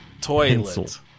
Toilet